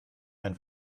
ein